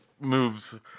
moves